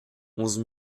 onze